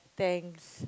thanks